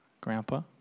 grandpa